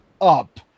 up